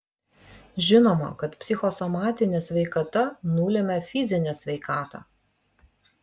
žinoma kad psichosomatinė sveikata nulemia fizinę sveikatą